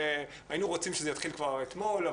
היינו רוצים שזה יתחיל כבר אתמול,